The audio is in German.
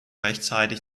rechtzeitig